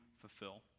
fulfill